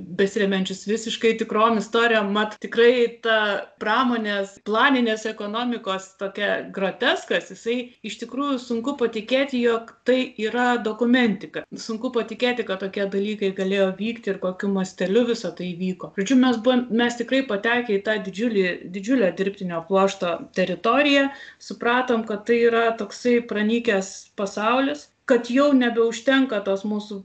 besiremiančius visiškai tikrom istorijom mat tikrai ta pramonės planinės ekonomikos tokia groteskas jisai iš tikrųjų sunku patikėti jog tai yra dokumentika sunku patikėti kad tokie dalykai galėjo vykti ir kokiu masteliu visa tai vyko žodžiu mes buvom mes tikrai patekę į tą didžiulį didžiulę dirbtinio pluošto teritoriją supratom kad tai yra toksai pranykęs pasaulis kad jau nebeužtenka tos mūsų